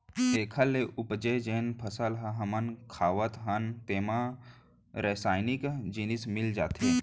एखर ले उपजे जेन फसल ल हमन खावत हन तेनो म रसइनिक जिनिस मिल जाथे